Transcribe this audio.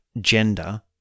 gender